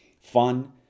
fun